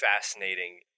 fascinating